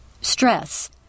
stress